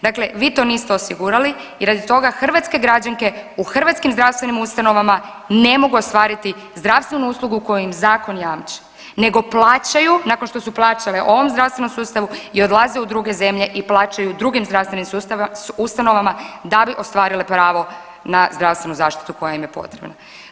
Dakle, vi to niste osigurali i radi toga hrvatske građanke i hrvatskim zdravstvenim ustanovama ne mogu ostvariti zdravstvenu uslugu koju im zakon jamči nego plaćaju nakon što su plaćale ovom zdravstvenom sustavu i odlaze u druge zemlje i plaćaju drugim zdravstvenim ustanovama da bi ostvarile pravo na zdravstvenu zaštitu koja im je potrebna.